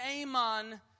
Amon